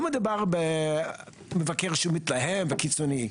לא מדובר במבקר שמתלהם וקיצוני,